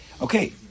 Okay